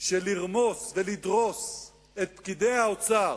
שלרמוס ולדרוס את פקידי האוצר,